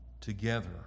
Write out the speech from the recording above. together